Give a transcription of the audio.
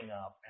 up